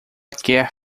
quer